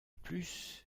plus